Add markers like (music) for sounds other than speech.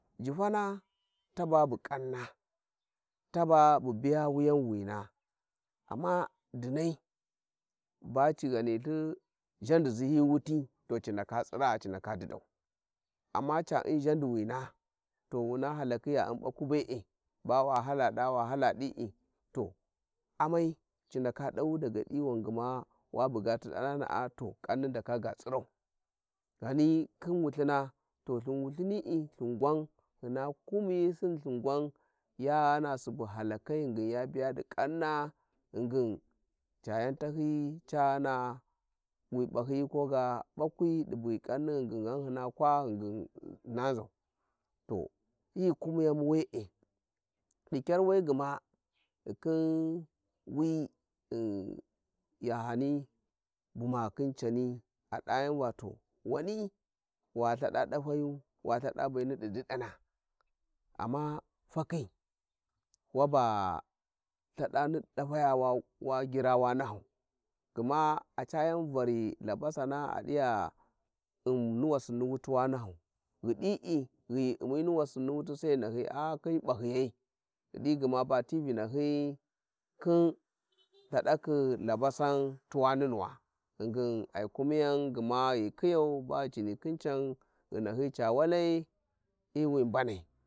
Jifana (noise) ta ba bu kanna taba bu bija wiyan wina (noise) amma dinai ba cighanilthi ghandizi hi wuti to ci ndaka tsiraa ci ndaka didau amona ca u`n ghandiwing (noise) to wuna halakhi gha u'n bakwi be`e ba wa hala da wa tsamai ci ndaka dawu daga dii wan gma wa buga ti danana'a to kamni ndaka ga tsirau, ghani khin wulthing to thin wulthinii thin gwan hyina kumiy, thin gwan ya ghana subu halakai ghingın ya biya di kanna ghingin yan tanıyıyı ca ghana wi p`I hangi yil ko ga baluwi di bugyi kanni ghingin nying ghan hyma ghingin hying ngau to hi kumiyami we`e di kyar we gma ghi khin wi mn yahani bumalenin cani a dayen va to wani wa Ithada na amma fakhi wabs thada affidataya we wa gira wa nahaya chayon var Labasana a dija u'n ni wassinni with wa nahau ghi dii ghi ghu u`mi ni wassinni wuti sai ghi nahyì khin p`a hyiyai (noise) ghidi gma ba ti vinshy kum (noise) Uhaalakni Labasan tuwa huru wa ghingin ai kumiyan gma ghi khiyarm baghi Ba ghi cini khin can ghi chi nahyi ca waki hyi wi mbanai.